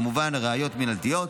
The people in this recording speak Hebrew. כמובן ראיות מינהליות,